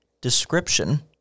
description